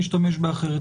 תשתמש באחרת.